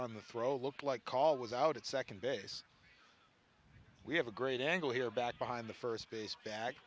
on the throw it looked like call was out at second base we have a great angle here back behind the first base back